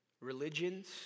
religions